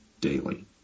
daily